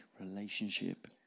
relationship